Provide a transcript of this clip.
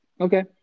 Okay